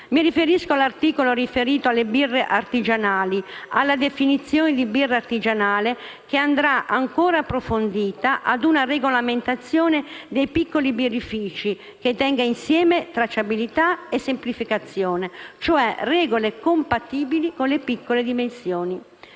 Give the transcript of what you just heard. Mi riferisco all'articolo che concerne le birre artigianali, la definizione di birra artigianale che andrà ancora approfondita ed una regolamentazione dei piccoli birrifici che tenga insieme tracciabilità e semplificazione, cioè regole compatibili con le piccole dimensioni.